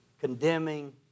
condemning